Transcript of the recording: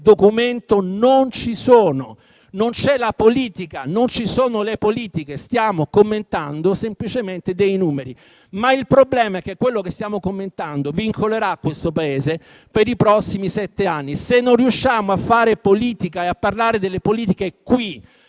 presenti in questo documento: non ci sono le politiche e stiamo commentando semplicemente dei numeri. Il problema è che quello che stiamo commentando vincolerà questo Paese per i prossimi sette anni. Se non riusciamo a fare politica e a parlare delle politiche qui,